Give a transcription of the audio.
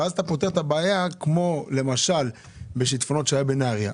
ואז אתה פותר את הבעיה כמו למשל בשיטפונות שהיה בנהריה,